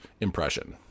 impression